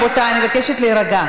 חבר'ה, הדור הצעיר מסתכל עליכם.